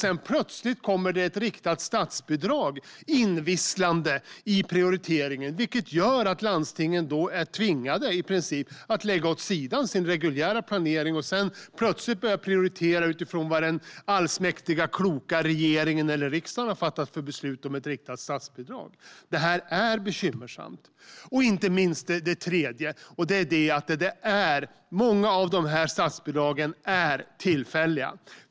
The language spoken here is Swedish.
Sedan kommer det plötsligt ett riktat statsbidrag invisslande i prioriteringen, vilket gör att landstingen i princip tvingas att lägga åt sidan sin reguljära planering och plötsligt börja prioritera utifrån vad den allsmäktiga kloka regeringen eller riksdagen har fattat beslut om. Det är bekymmersamt. Det tredje området är att många av statsbidragen är tillfälliga.